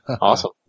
Awesome